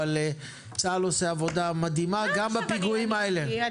אבל צה"ל עושה עבודה מדהימה גם בפיגועים האלה.